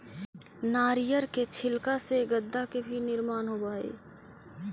नारियर के छिलका से गद्दा के भी निर्माण होवऽ हई